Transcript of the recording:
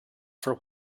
for